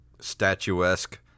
statuesque